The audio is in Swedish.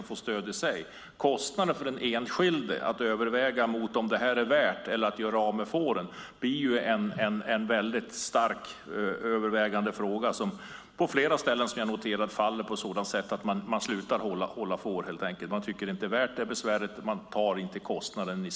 För den enskilde att avgöra om det är värt kostnaden eller om man ska göra sig av med fåren är ett svårt övervägande. Det resulterar på flera ställen med att man slutar hålla får. Man tycker inte att det är värt besväret. Man vill inte ta kostnaden.